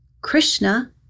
Krishna